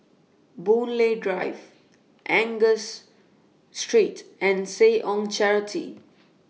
Boon Lay Drive Angus Street and Seh Ong Charity